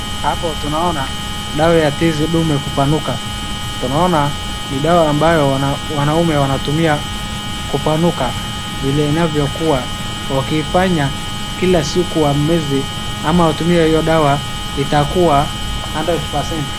Hapo tunaona dawa ya tizi dume kupanuka. Tunaona ni dawa ambayo wanaume wanatumia kupanuka vile inavyokuwa wakifanya kila siku wameze ama watumie hiyo dawa itakuwa hundred percent .